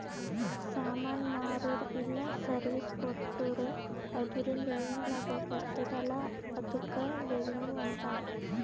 ಸಾಮಾನ್ ಮಾರುರ ಇಲ್ಲ ಸರ್ವೀಸ್ ಕೊಟ್ಟೂರು ಅದುರಿಂದ ಏನ್ ಲಾಭ ಬರ್ತುದ ಅಲಾ ಅದ್ದುಕ್ ರೆವೆನ್ಯೂ ಅಂತಾರ